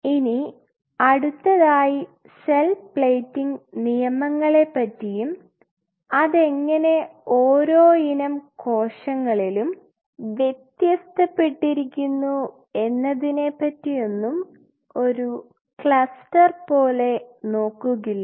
ഇനി അടുത്തതായി cell plating നിയമങ്ങളെപ്പറ്റിയും അതെങ്ങനെ ഓരോ ഇനം കോശങ്ങളിലും വ്യത്യസ്തപ്പെട്ടിരിക്കുന്നു എന്നതിനെപറ്റിയൊന്നും ഒരു ക്ലസ്റ്റർ പോലെ നോക്കുക്കില്ല